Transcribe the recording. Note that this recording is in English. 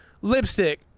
lipstick